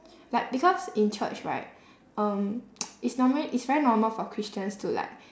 like because in church right um it's normally it's very normal for christians to like